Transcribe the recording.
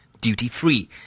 duty-free